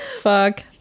fuck